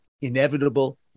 inevitable